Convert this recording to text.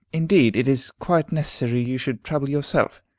indeed, it is quite unnecessary you should trouble yourself,